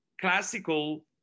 classical